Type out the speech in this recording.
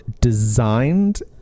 designed